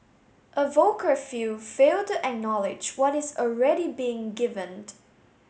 a vocal few fail to acknowledge what is already being given